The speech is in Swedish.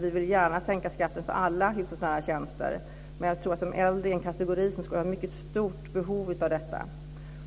Vi vill gärna sänka skatten för alla hushållsnära tjänster, men jag tror att de äldre är en kategori som skulle ha mycket stort behov av detta.